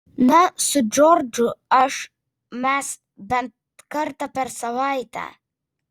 na su džordžu aš mes bent kartą per savaitę